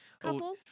couple